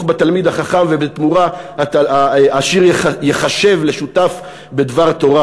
בתלמיד חכם ובתמורה העשיר ייחשב לשותף בדבר תורה,